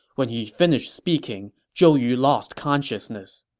when he finished speaking, zhou yu lost consciousness.